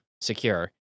secure